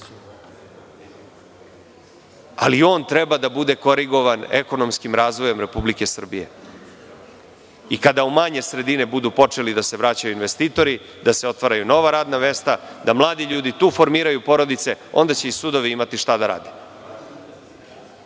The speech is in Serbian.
ali on treba da bude korigovan ekonomskim razvojem Republike Srbije. Kada u manje sredine budu počeli da se vraćaju investitori, da se otvaraju nova radna mesta, da mladi ljudi tu formiraju porodice, onda će i sudovi imati šta da rade.